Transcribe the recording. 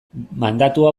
mandatua